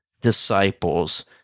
disciples